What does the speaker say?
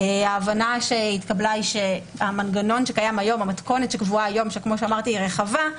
ההבנה שהתקבלה היא שהמתכונת שקבועה היום שהיא רחבה,